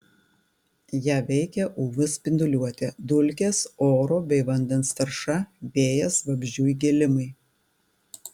ją veikia uv spinduliuotė dulkės oro bei vandens tarša vėjas vabzdžių įgėlimai